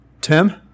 tim